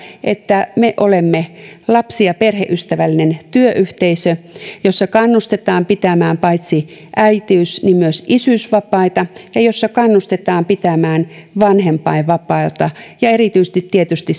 että me olemme lapsi ja perheystävällinen työyhteisö jossa kannustetaan pitämään paitsi äitiys niin myös isyysvapaita ja jossa kannustetaan pitämään vanhempainvapaata erityisesti tietysti